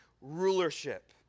rulership